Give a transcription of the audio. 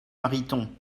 mariton